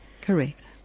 Correct